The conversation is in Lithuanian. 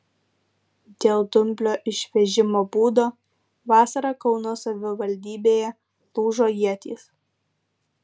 dėl dumblo išvežimo būdo vasarą kauno savivaldybėje lūžo ietys